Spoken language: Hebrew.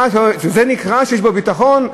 נקרא שיש פה ביטחון?